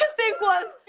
ah think was,